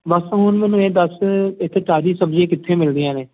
ਬਸ ਹੁਣ ਮੈਨੂੰ ਇਹ ਦੱਸ ਇੱਥੇ ਤਾਜ਼ੀ ਸਬਜ਼ੀ ਕਿੱਥੇ ਮਿਲਦੀਆਂ ਨੇ